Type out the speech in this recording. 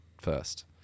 first